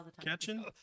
Catching